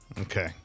Okay